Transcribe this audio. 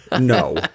no